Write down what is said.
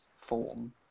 form